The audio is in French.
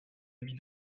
amis